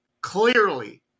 clearly